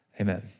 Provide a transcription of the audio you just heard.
Amen